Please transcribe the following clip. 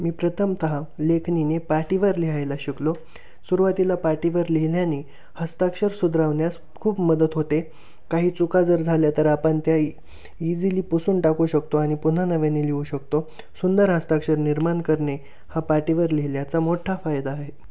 मी प्रथमतः लेखणीने पाटीवर लिहायला शिकलो सुरूवातीला पाटीवर लिहिल्याने हस्ताक्षर सुधरवण्यास खूप मदत होते काही चुका जर झाल्या तर आपण त्या इ ईझिली पुसून टाकू शकतो आणि पुन्हा नव्याने लिहू शकतो सुंदर हस्ताक्षर निर्माण करने हा पाटीवर लिहिल्याचा मोठा फायदा आहे